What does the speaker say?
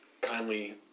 kindly